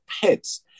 pets